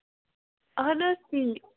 اَہَن حظ تی